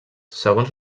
segons